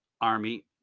Army